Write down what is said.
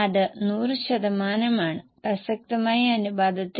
അതിനാൽ ഈ അഞ്ച് ചെലവുകളും നിങ്ങൾ ബ്രേക്ക് ഡൌൺ ചെയ്യും